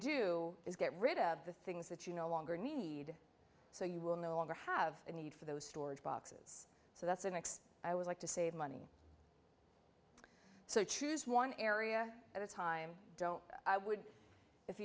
do is get rid of the things that you no longer need so you will no longer have a need for those storage boxes so that's the next i would like to save money so choose one area at a time don't i would if